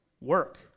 Work